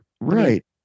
right